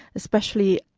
especially,